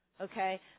okay